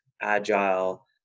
agile